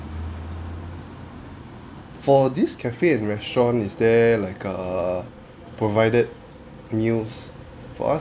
for this cafe and restaurant is there like err provided meals for us